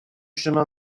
chemin